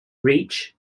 reach